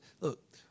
look